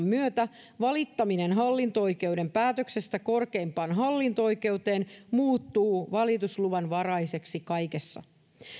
myötä valittaminen hallinto oikeuden päätöksestä korkeimpaan hallinto oikeuteen muuttuu valitusluvanvaraiseksi kaikessa